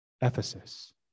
Ephesus